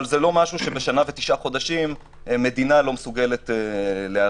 אבל זה לא משהו שמשהו שבשנה ותשעה חודשים מדינה לא מסוגלת להרים.